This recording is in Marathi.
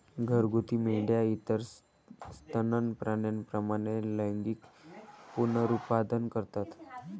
घरगुती मेंढ्या इतर सस्तन प्राण्यांप्रमाणे लैंगिक पुनरुत्पादन करतात